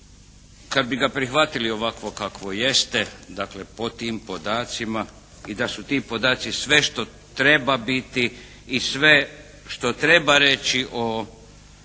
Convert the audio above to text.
kad bi ga prihvatili ovakvo kakvo jeste, dakle po tim podacima i da su ti podaci sve što treba biti i sve što treba reći o